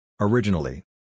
Originally